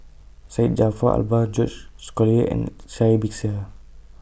Syed Jaafar Albar George Collyer and Sai Bixia